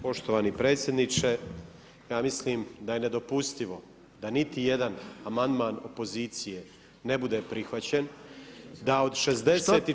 Poštovani predsjedniče, ja mislim da je nedopustivo da niti jedan amandman opozicije ne bude prihvaćen, da od 64…